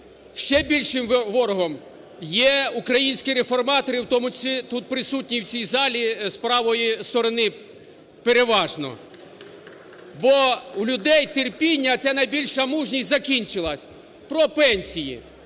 ще більшим ворогом є українські реформатори, у тому числі тут присутні у цій залі з правої сторони переважно. Бо у людей терпіння, ця найбільша мужність, закінчилось. Про пенсії.